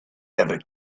ever